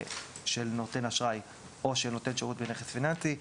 של נותן אשראי או של נותן שירות בנכס פיננסי.